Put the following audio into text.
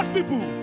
people